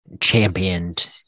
championed